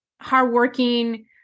hardworking